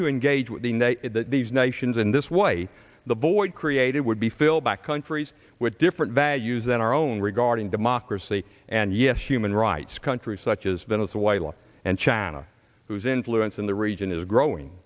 to engage with the ne these nations in this way the void created would be filled back countries with different values than our own regarding democracy and yes human rights countries such as venezuela and chana whose influence in the region is growing